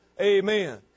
Amen